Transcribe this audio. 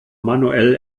manuell